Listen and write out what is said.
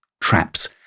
traps